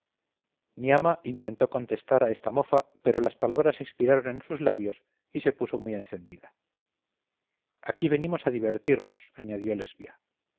mi ama intentó contestar a esta mofa pero las palabras expiraron en sus labios y se puso muy encendida aquí venimos a divertirnos añadió lesbia